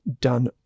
done